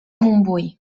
montbui